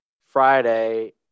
Friday